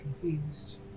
confused